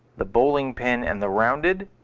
the bowling pin and the rounded,